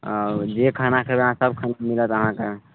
हँ जे खाना खेबय अहाँ सब खाना मिलत अहाँके